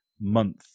month